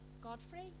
Godfrey